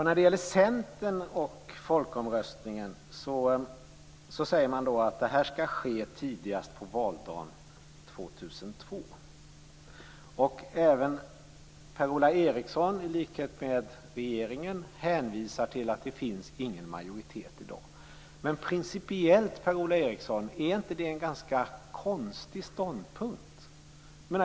När det gäller Centern och folkomröstningen säger man att det skall ske tidigast valdagen år 2002. Per Ola Eriksson hänvisar, i likhet med regeringen, till att det i dag inte finns någon majoritet. Men, Per-Ola Eriksson, är det inte principiellt en ganska konstig ståndpunkt?